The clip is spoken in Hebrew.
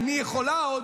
איני יכולה עוד,